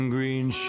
Green